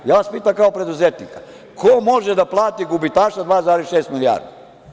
Ja vas pitam, kao preduzetnika, ko može da plati gubitaša 2,6 milijarde?